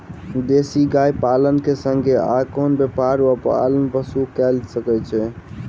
देसी गाय पालन केँ संगे आ कोनों व्यापार वा पशुपालन कऽ सकैत छी?